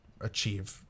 achieve